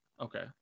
okay